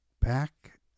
back